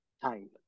time